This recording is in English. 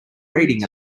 reading